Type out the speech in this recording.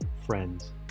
friends